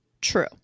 true